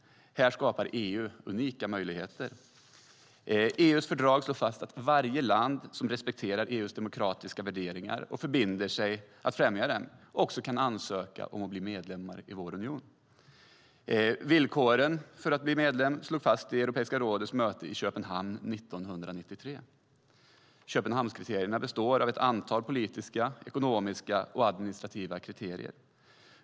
Här skapar EU unika möjligheter. EU:s fördrag slår fast att varje land som respekterar EU:s demokratiska värderingar och förbinder sig att främja dem kan ansöka om att bli medlem i EU. Villkoren för att bli medlem i EU slogs fast vid Europeiska rådets möte i Köpenhamn 1993. Köpenhamnskriterierna består av ett antal politiska, ekonomiska och administrativa kriterier.